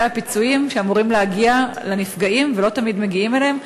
הפיצויים שאמורים להגיע לנפגעים ולא תמיד מגיעים אליהם.